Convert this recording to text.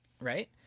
Right